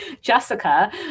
Jessica